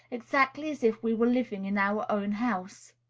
exactly as if we were living in our own house.